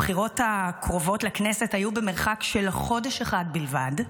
הבחירות הקרובות לכנסת היו במרחק של חודש אחד בלבד,